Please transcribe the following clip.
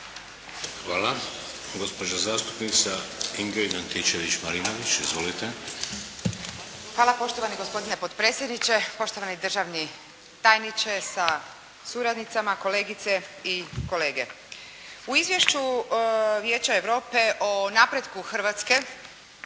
Hvala. Gospođa zastupnica Ingrid Antičević-Marinović. Izvolite. **Antičević Marinović, Ingrid (SDP)** Hvala poštovani gospodine potpredsjedniče, poštovani državni tajniče sa suradnicama, kolegice i kolege. U izvješću Vijeća Europe o napretku Hrvatske